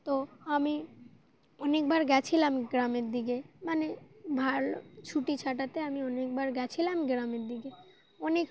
তো আমি অনেকবার গেছিলাম গ্রামের দিকে মানে ভালো ছুটি ছাটাতে আমি অনেকবার গেছিলাম গ্রামের দিকে অনেক